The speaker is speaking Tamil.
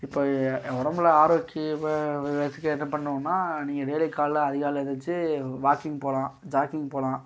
இப்போ ஏ என் உடம்பில் ஆரோக்கியமாக வச்சிக்க என்ன பண்ணணுன்னா நீங்கள் டெய்லி காலைல அதிகாலையில் எழுந்துரிச்சி வாக்கிங் போகலாம் ஜாக்கிங் போகலாம்